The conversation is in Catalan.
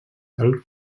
del